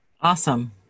Awesome